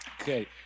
Okay